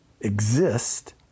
exist